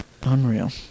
Unreal